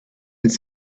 its